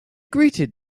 greeted